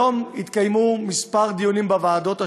היום התקיימו כמה דיונים בוועדות השונות.